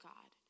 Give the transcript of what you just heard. God